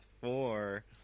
four